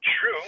true